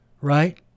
Right